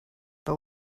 but